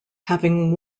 having